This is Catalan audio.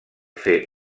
fer